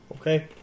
Okay